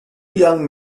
young